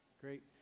great